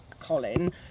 Colin